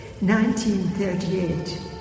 1938